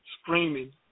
screaming